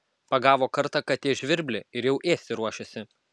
pagavo kartą katė žvirblį ir jau ėsti ruošiasi